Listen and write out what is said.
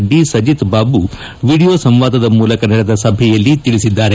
D Sajith Babu video ಸಂವಾದ ಮೂಲಕ ನಡೆದ ಸಭೆಯಲ್ಲಿ ತಿಳಿಸಿದ್ದಾರೆ